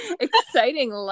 exciting